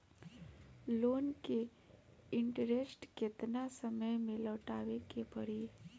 Loan के interest केतना समय में लौटावे के पड़ी?